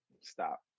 Stop